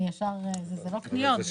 זה לא קניות.